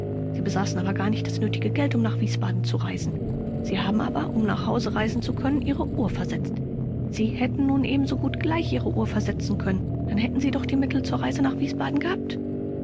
sie besaßen aber gar nicht das nötige geld um nach wiesbaden zu reisen sie haben aber um nach hause reisen zu können ihre uhr versetzt sie hätten nun ebensogut gleich ihre uhr versetzen können dann hätten sie doch die mittel zur reise nach wiesbaden gehabt